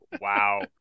Wow